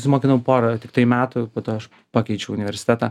pasimokinau pora tiktai metų po to aš pakeičiau universitetą